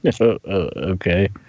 Okay